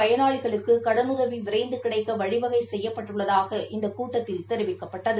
பயனாளிகளுக்கு கடனுதவி விரைந்து கிடைக்க வழிவகை செய்யப்பட்டுள்ளதாக இந்தக் கூட்டத்தில் தெரிவிக்கப்பட்டது